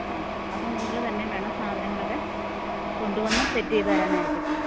ആ അപ്പം നിങ്ങൾ തന്നെ വേണം സാധനങ്ങൾ ഒക്കെ കൊണ്ട് വന്ന് സെറ്റ് ചെയ്ത് തരാനായിട്ട്